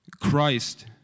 Christ